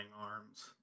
arms